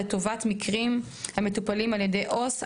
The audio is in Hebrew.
לטובת מקרים המטופלים על ידי עו״ס.